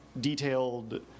detailed